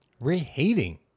Reheating